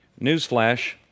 Newsflash